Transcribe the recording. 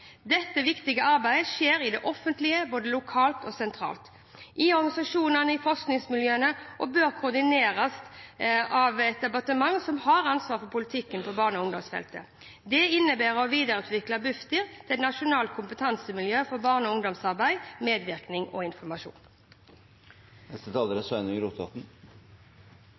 Dette viktige arbeidet skjer i det offentlige, både lokalt og sentralt, i organisasjonene og i forskningsmiljøene og bør koordineres av det departementet som har ansvaret for politikken på barne- og ungdomsfeltet. Det innebærer å videreutvikle Bufdir til et nasjonalt kompetansemiljø for barne- og ungdomsarbeid, -medvirkning og